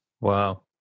Wow